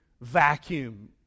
Vacuum